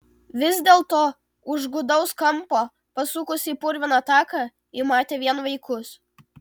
vis dėlto už gūdaus kampo pasukusi į purviną taką ji matė vien vaikus